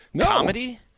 Comedy